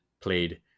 played